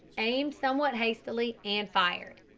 aimed somewhat hastily, and fired.